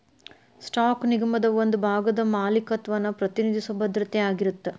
stock ನಿಗಮದ ಒಂದ ಭಾಗದ ಮಾಲೇಕತ್ವನ ಪ್ರತಿನಿಧಿಸೊ ಭದ್ರತೆ ಆಗಿರತ್ತ